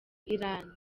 iran